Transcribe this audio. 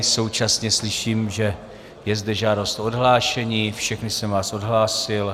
Současně slyším, že je zde žádost o odhlášení, všechny jsem vás odhlásil.